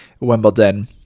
Wimbledon